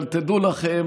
לא יכולים לזכות